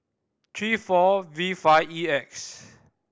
three four V five E X